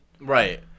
right